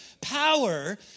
Power